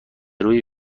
روی